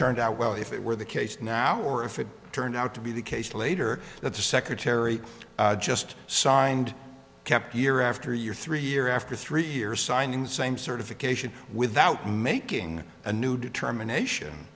turned out well if it were the case now or if it turned out to be the case later that the secretary just signed kept year after year three year after three years signing the same certification without making a new determination